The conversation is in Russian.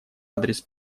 адрес